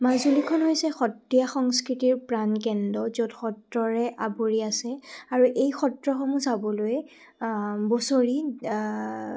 মাজুলীখন হৈছে সত্ৰীয়া সংস্কৃতিৰ প্ৰাণ কেন্দ্ৰ য'ত সত্ৰৰে আৱৰি আছে আৰু এই সত্ৰসমূহ চাবলৈ বছৰি